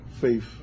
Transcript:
faith